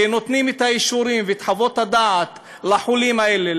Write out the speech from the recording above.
שנותנים את האישורים ואת חוות הדעת לחולים האלה,